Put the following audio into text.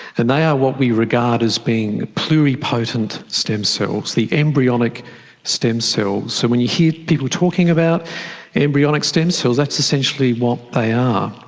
and they are what we regard as being pluripotent stem cells, the embryonic stem cells. so so when you hear people talking about embryonic stem cells, that's essentially what they are.